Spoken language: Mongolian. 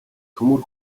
төмөр